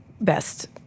best